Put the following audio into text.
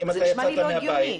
זה נשמע לי לא הגיוני.